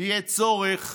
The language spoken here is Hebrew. יהיה צורך